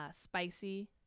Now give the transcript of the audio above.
spicy